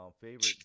favorite